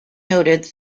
noted